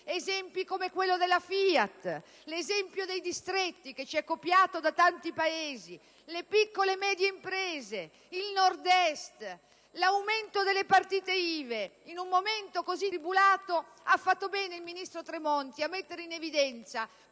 esempi come quello della FIAT, dei distretti, che ci è copiato da tanti Paesi, delle piccole e medie imprese, del Nord‑Est, dell'aumento delle partite IVA. In un momento così tribolato, ha fatto bene il ministro Tremonti a mettere in evidenza